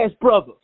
Brother